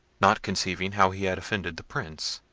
not conceiving how he had offended the prince.